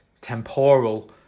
temporal